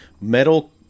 metal